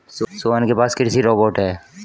सोहन के पास कृषि रोबोट है